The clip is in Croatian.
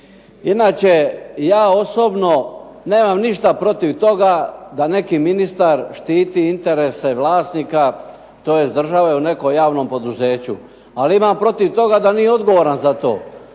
Inače ja osobno, nemam ništa protiv toga da neki ministar štiti interese vlasnika, tj. Države u nekom javnom poduzeću ali imam protiv toga da nije odgovoran za to,